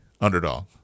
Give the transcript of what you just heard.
underdog